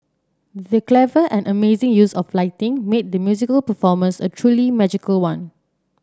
the clever and amazing use of lighting made the musical performance a truly magical one